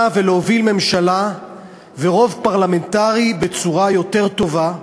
ולהוביל ממשלה ורוב פרלמנטרי בצורה יותר טובה.